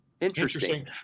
Interesting